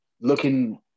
looking